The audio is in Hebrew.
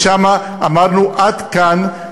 ושם אמרנו: עד כאן,